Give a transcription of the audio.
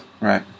Right